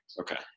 Okay